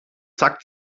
zack